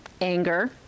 anger